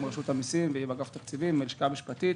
עם רשות המסים ועם אגף התקציבים והלשכה המשפטית,